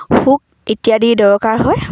hook ইত্যাদি দৰকাৰ হয়